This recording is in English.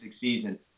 season